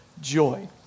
joy